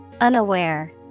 Unaware